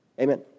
Amen